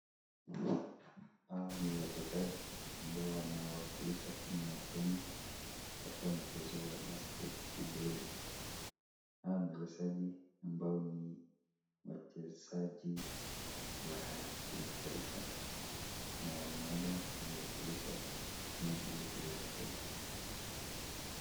Hawa ni wachezaji ambao wanawakilisha timu ya kenya katika mchezo wa basketi boli. Hawa ni wachezaji ambao ni wachezaji wa kimataifa na wameenda kuiwakilisha nchi yetu ya Kenya.